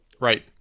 Right